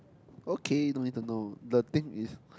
okay don't need to know the thing is